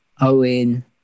Owen